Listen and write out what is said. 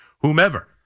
whomever